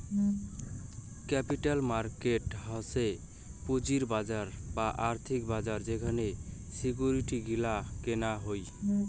capital market হসে পুঁজির বাজার বা আর্থিক বাজার যেখানে সিকিউরিটি গিলা কেনা হই